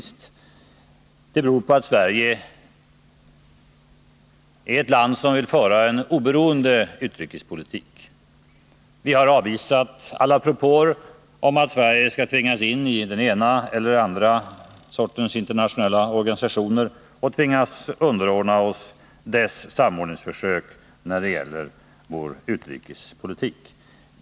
Det beror på att Sverige är ett land som vill föra en oberoende utrikespolitik. Vi har avvisat alla propåer om att Sverige skall tvingas in i den ena eller andra sortens internationella organisationer där vi skulle tvingas underordna oss dessa organisationers försök att samordna medlemmarnas utrikespolitik.